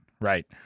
right